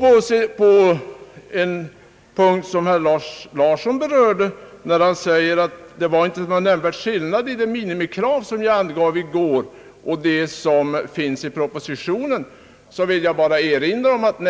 Herr Lars Larsson sade att det inte var någon nämnvärd skillnad mellan det minimikrav som jag angav i går och det som anges i propositionen. Jag frågade i går vad